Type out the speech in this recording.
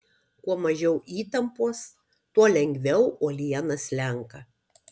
kuo mažiau įtampos tuo lengviau uoliena slenka